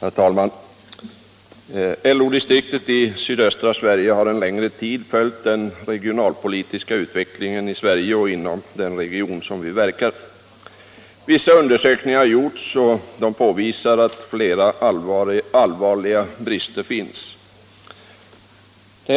Herr talman! LO-distriktet i sydöstra Sverige har en längre tid följt den regionalpolitiska utvecklingen i Sverige och inom den region som vi verkar i. Vissa undersökningar har gjorts, och de påvisar flera allvarliga brister.